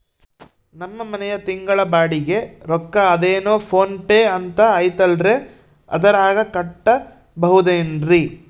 ನಮ್ಮ ಮನೆಯ ತಿಂಗಳ ಬಾಡಿಗೆ ರೊಕ್ಕ ಅದೇನೋ ಪೋನ್ ಪೇ ಅಂತಾ ಐತಲ್ರೇ ಅದರಾಗ ಕಟ್ಟಬಹುದೇನ್ರಿ?